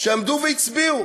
שעמדו והצביעו,